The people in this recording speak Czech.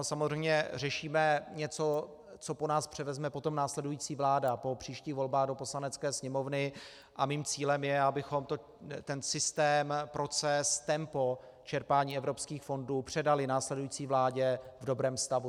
Samozřejmě řešíme něco, co po nás převezme potom následující vláda po příštích volbách do Poslanecké sněmovny, a mým cílem je, abychom ten systém, proces, tempo čerpání evropských fondů předali následující vládě v dobrém stavu.